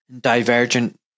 divergent